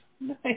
Nice